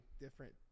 different